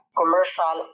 commercial